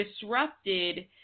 disrupted